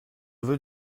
veux